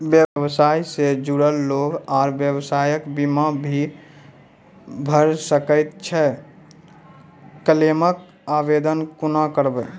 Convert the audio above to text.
व्यवसाय सॅ जुड़ल लोक आर व्यवसायक बीमा भऽ सकैत छै? क्लेमक आवेदन कुना करवै?